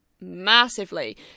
massively